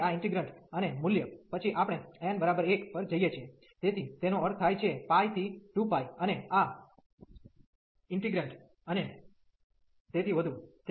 અને પછી આ ઇન્ટીગ્રેન્ટ integrant અને મૂલ્ય પછી આપણે n 1 પર જઈએ છીએ તેથી તેનો અર્થ થાય છે π થી 2 π અને આ ઇન્ટીગ્રેન્ટ integrant અને તેથી વધુ